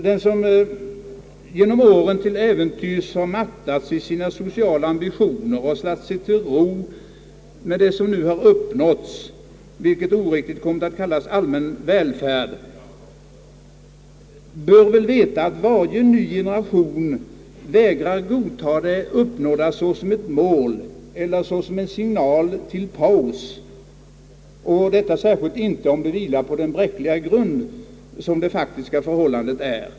Den som med åren till äventyrs mattats i sina sociala ambitioner och slagit sig till ro med de resultat som har uppnåtts — vilka oriktigt har kommit att kallas för allmän välfärd — bör veta att varje ny generation vägrar att godta det uppnådda som ett slutligt mål eller som en signal till paus, särskilt inte om det vilar på den bräckliga grund som det faktiska förhållandet är.